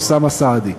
אוסאמה סעדי,